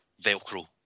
Velcro